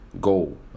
goal